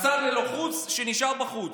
השר ללא חוץ שנשאר בחוץ.